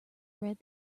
read